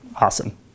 Awesome